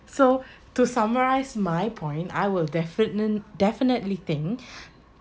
so to summarise my point I will defini~ definitely think